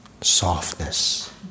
softness